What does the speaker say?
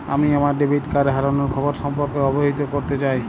আমি আমার debit card হারানোর খবর সম্পর্কে অবহিত করতে চাই